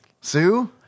Sue